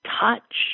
touch